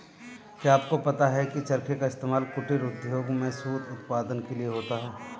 क्या आपको पता है की चरखे का इस्तेमाल कुटीर उद्योगों में सूत उत्पादन के लिए होता है